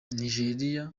nigeriya